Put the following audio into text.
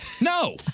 No